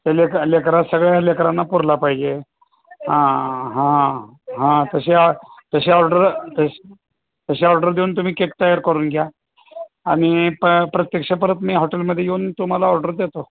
ते लेकर लेकररा सगळ्या लेकरांना पुरला पाहिजे हां हां हां तश तशी ऑर्डर तर तशी ऑर्डर देऊन तुम्ही केक तयार करून घ्या आणि प प्रत्यक्ष परत मी हॉटेलमध्ये येऊन तुम्हाला ऑर्डर देतो